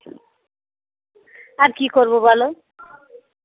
আর কী করবো বলো